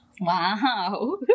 Wow